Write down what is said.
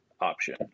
option